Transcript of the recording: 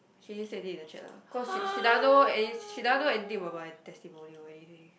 she didn't say need to check lah cause she she doesn't know any she doesn't know anything about my testimonial or anything